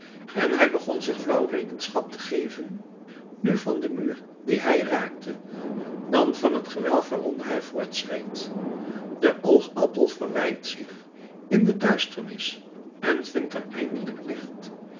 en hij begon zich flauw rekenschap te geven nu van den muur dien hij raakte dan van het gewelf waaronder hij voortschreed de oogappel verwijdt zich in de duisternis en vindt er eindelijk licht